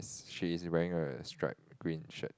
she's wearing a stripe green shirt